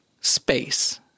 space